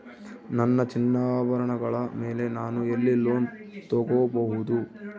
ನನ್ನ ಚಿನ್ನಾಭರಣಗಳ ಮೇಲೆ ನಾನು ಎಲ್ಲಿ ಲೋನ್ ತೊಗೊಬಹುದು?